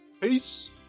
Peace